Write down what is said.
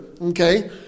Okay